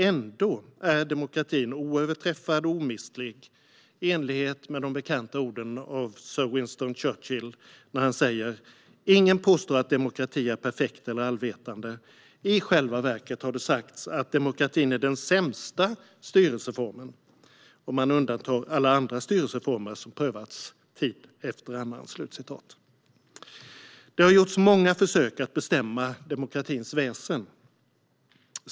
Ändå är demokratin oöverträffad och omistlig, i enlighet med sir Winston Churchills bekanta ord om att ingen påstår att demokrati är perfekt eller allvetande. Churchill fortsatte med att påpeka att det i själva verket har sagts att demokratin är den sämsta styrelseformen, om man undantar alla andra styrelseformer som prövats tid efter annan. Det har gjorts många försök att bestämma demokratins väsen.